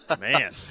Man